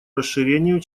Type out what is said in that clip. расширению